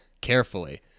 Carefully